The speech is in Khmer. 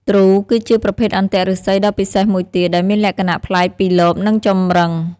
ទ្រូ គឺជាប្រភេទអន្ទាក់ឫស្សីដ៏ពិសេសមួយទៀត ដែលមានលក្ខណៈប្លែកពីលបនិងចម្រឹង។